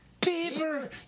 paper